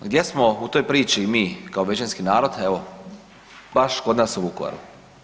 Gdje smo u toj priči mi kao većinski narod evo baš kod nas u Vukovaru?